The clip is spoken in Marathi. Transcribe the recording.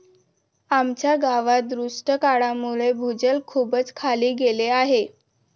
आमच्या गावात दुष्काळामुळे भूजल खूपच खाली गेले आहे